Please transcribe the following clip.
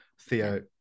Theo